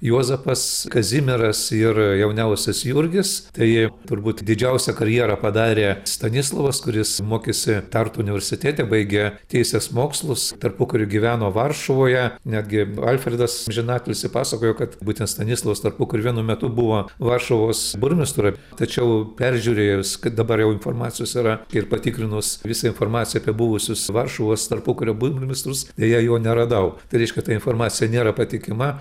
juozapas kazimieras ir jauniausias jurgis tai turbūt didžiausią karjerą padarė stanislovas kuris mokėsi tartu universitete baigė teisės mokslus tarpukariu gyveno varšuvoje netgi alfredas amžinatilsį pasakojo kad būtent stanislovas tarpukariu vienu metu buvo varšuvos burmistru tačiau peržiūrėjus kai dabar jau informacijos yra ir patikrinus visą informaciją apie buvusius varšuvos tarpukario burmistrus deja jo neradau tai reiškia ta informacija nėra patikima